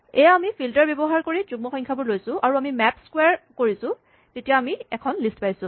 এয়া আমি ফিল্টাৰ ব্যৱহাৰ কৰি যুগ্ম সংখ্যাবোৰ লৈছো আৰু আমি মেপ ক্সোৱাৰ কৰিছোঁ তেতিয়া আমি এখন লিষ্ট পাইছো